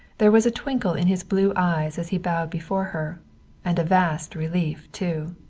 there was a twinkle in his blue eyes as he bowed before her and a vast relief too.